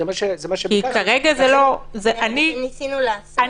זה מה שניסינו לעשות.